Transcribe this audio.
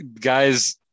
guys